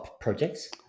projects